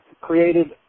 created